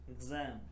exam